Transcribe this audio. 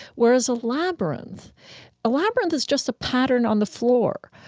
whereas a labyrinth labyrinth is just a pattern on the floor.